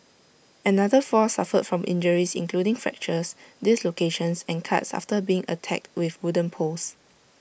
another four suffered from injuries including fractures dislocations and cuts after being attacked with wooden poles